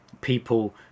people